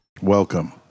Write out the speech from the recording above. Welcome